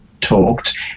talked